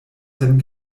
sen